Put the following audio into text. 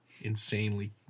insanely